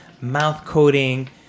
mouth-coating